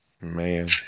Man